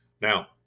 Now